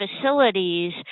facilities